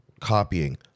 copying